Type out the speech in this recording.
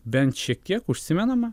bent šiek tiek užsimenama